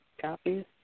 copies